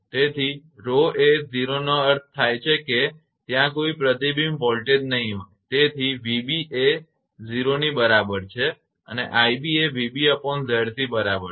તેથી 𝜌 એ 0 નો અર્થ થાય છે કે ત્યાં કોઈ પ્રતિબિંબ વોલ્ટેજ નહીં હોય તેથી 𝑣𝑏 એ 0 ની બરાબર છે અને 𝑖𝑏 એ 𝑣𝑏𝑍𝑐 બરાબર છે